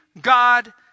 God